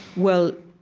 well,